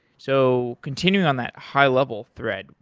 so continuing on that high level thread,